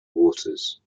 waters